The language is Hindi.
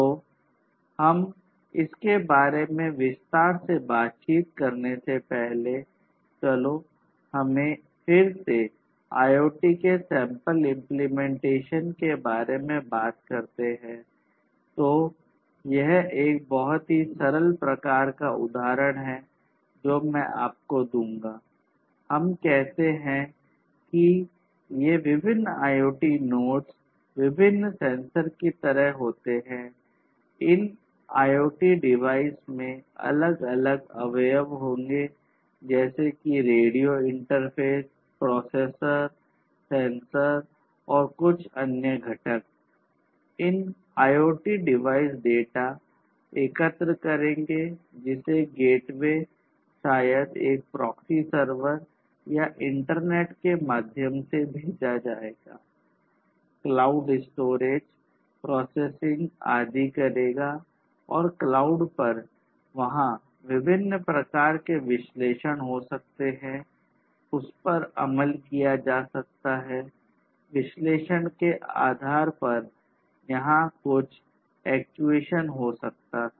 तो हम इसके बारे में विस्तार से बातचीत करने से पहले चलो हमें फिर से IoT के सैंपल इंप्लीमेंटेशन हो सकता था